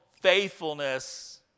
faithfulness